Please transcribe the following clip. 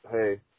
hey